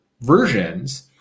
versions